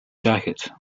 jacket